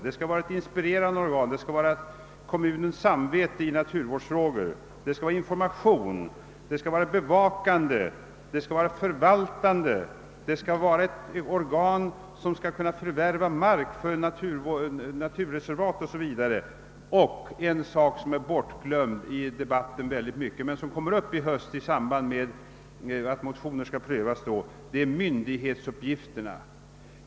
Det skall vara ett inspirerande organ — ett kommunens samvete i naturvårdsfrågor — det skall vara ett informativt, bevakande och förvaltande organ som även skall kunna förvärva mark för naturreservat o. s. v. Något som glömts bort i debatten men som kommer att tas upp i höst i samband med att motioner skall prövas är frågan om myndighetsuppgifterna.